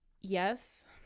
Yes